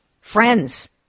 Friends